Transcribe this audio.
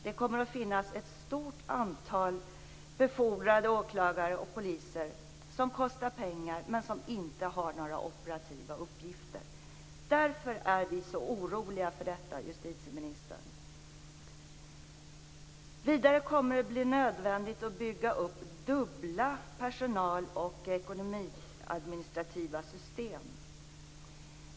Det kommer att finnas ett stort antal befordrade åklagare och poliser som kostar pengar men som inte har några operativa uppgifter. Därför är vi så oroliga för detta, justitieministern. Vidare kommer det att bli nödvändigt att bygga upp dubbla personal och ekonomiadministrativa system.